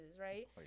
right